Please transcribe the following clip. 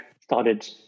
started